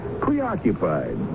preoccupied